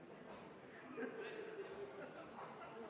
tar jeg opp